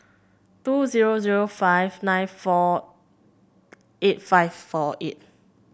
two zero zero five nine four eight five four eight